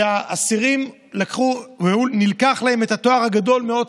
ומהאסירים נלקח התואר הגדול מאוד,